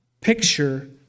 picture